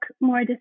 more